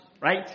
right